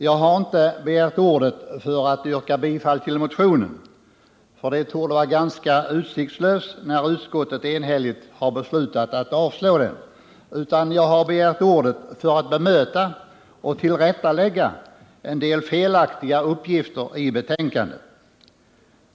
Jag har inte begärt ordet för att yrka bifall till motionen, för det torde vara ganska utsiktslöst när utskottet enhälligt har beslutat att avstyrka den, utan jag har begärt ordet för att bemöta och tillrättalägga en del felaktiga uppgifter i betänkandet.